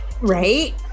Right